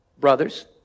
brothers